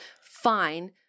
Fine